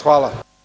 Hvala.